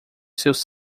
seus